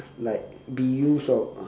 like be used of uh